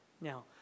Now